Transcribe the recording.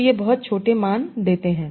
तो ये बहुत छोटे मान देते हैं